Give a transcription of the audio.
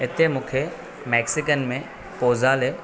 हिते मूंखे मेक्सिकन में पोज़ाले